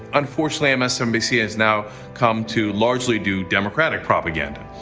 unfortunately, msnbc has now come to largely do democratic propaganda.